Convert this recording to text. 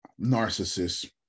narcissist